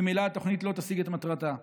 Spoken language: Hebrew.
ממילא התוכנית לא תשיג את מטרתה.